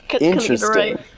Interesting